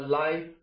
life